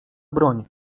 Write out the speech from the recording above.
broń